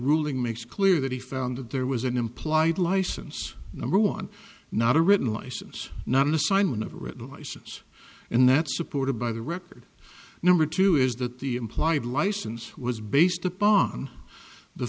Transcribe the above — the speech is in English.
ruling makes clear that he found that there was an implied license number one not a written license not an assignment of written license and that's supported by the record number two is that the implied license was based upon the